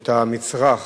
שאת המצרך